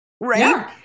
right